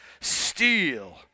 steal